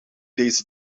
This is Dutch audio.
deze